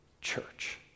Church